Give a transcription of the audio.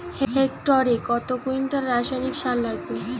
হেক্টরে কত কুইন্টাল রাসায়নিক সার লাগবে?